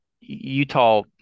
Utah